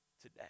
today